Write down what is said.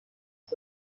رسد